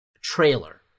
trailer